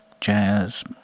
Jazz